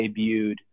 debuted